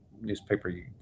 newspaper